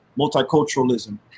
multiculturalism